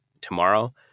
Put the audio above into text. tomorrow